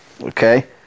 okay